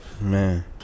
Man